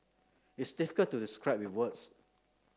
it's difficult to describe with words